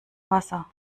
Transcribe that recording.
wasser